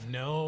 no